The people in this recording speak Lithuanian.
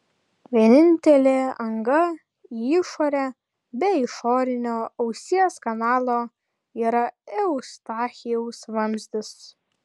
vienintelė anga į išorę be išorinio ausies kanalo yra eustachijaus vamzdis